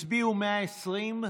הצביעו 120,